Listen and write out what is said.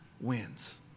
wins